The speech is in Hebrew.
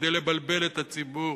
כדי לבלבל את הציבור.